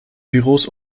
büros